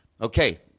Okay